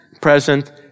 present